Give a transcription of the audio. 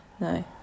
No